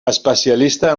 especialista